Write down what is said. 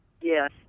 Yes